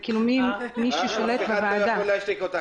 צריך מהלך יותר מהיר שיתאים לקצב של השפיעה